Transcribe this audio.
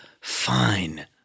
fine